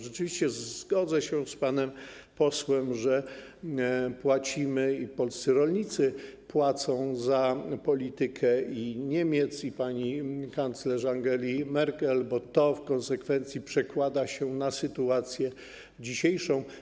Rzeczywiście zgodzę się z panem posłem, że płacimy - i polscy rolnicy płacą - za politykę Niemiec i pani kanclerz Angeli Merkel, bo to w konsekwencji przekłada się na dzisiejszą sytuację.